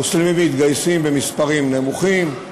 מוסלמים מתגייסים במספרים נמוכים,